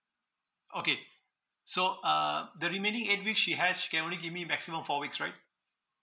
okay so uh the remaining eight weeks she has she can only give me maximum four weeks right